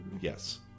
Yes